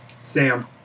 Sam